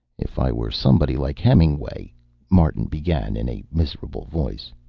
if i were somebody like hemingway martin began in a miserable voice.